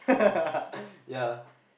yeah